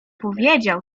powiedział